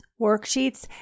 worksheets